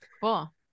cool